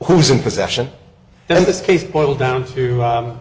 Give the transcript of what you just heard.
who's in possession in this case boil down to